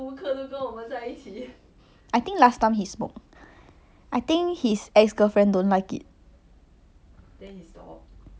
I think he very regret like last time he got say before like err what if like they didn't break up something like that [one]